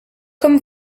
comme